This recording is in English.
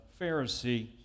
Pharisee